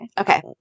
Okay